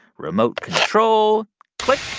remote control click